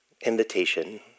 invitation